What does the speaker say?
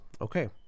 okay